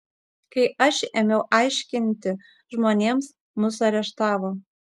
kai aš ėmiau aiškinti žmonėms mus areštavo